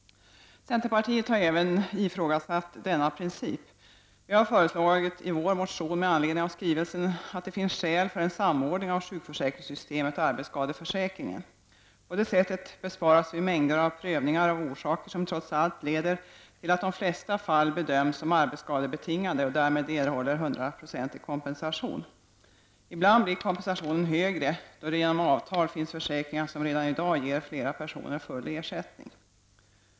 Centerpartiet har även ifrågasatt denna princip. Vi har föreslagit i vår motion med anledning av skrivelsen att det finns skäl för en samordning av sjukförsäkringssystemet och arbetsskadeförsäkringen. På det sättet besparas vi mängder av prövningar av orsaker som trots allt leder till att de flesta fall bedöms som arbetsskadebetingade och därmed erhåller 100 96 kompensation. Ibland blir kompensationen högre, då det genom avtal finns försäkringar som redan i dag ger flera personer full ersättning.